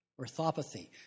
Orthopathy